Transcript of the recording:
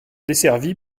desservie